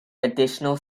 additional